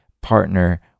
partner